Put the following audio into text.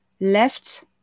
left